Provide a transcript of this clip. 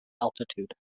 altitude